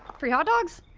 free hot dogs?